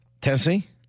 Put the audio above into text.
Tennessee